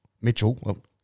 Mitchell